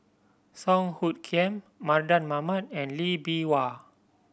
Song Hoot Kiam Mardan Mamat and Lee Bee Wah